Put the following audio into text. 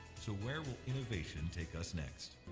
so where will innovation take us next?